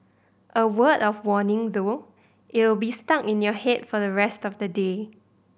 a word of warning though it'll be in your head for the rest of the day